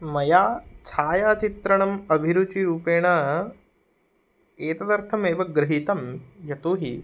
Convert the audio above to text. मया छायाचित्रणम् अभिरुचिरूपेण एतदर्थमेव गृहीतं यतो हि